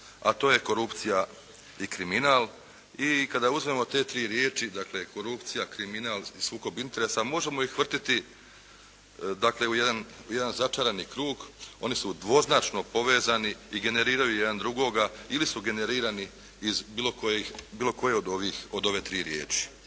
a to je korupcija i kriminal i kada uzmemo te tri riječi, dakle korupcija, kriminal i sukob interesa možemo ih vrtiti dakle u jedan začarani krug. Oni su dvoznačno povezani i generiraju jedan drugoga ili su generirani iz bilo koje od ove tri riječi.